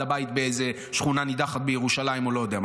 הבית בשכונה נידחת בירושלים או לא יודע מה,